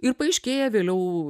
ir paaiškėja vėliau